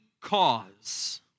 cause